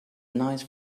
nice